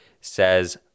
says